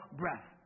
breath